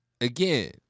again